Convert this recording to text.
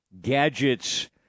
gadgets